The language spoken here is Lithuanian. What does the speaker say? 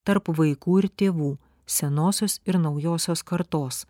tarp vaikų ir tėvų senosios ir naujosios kartos